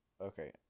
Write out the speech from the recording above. Okay